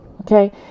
Okay